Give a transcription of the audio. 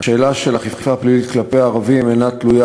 השאלה של אכיפה פלילית כלפי ערבים אינה תלויה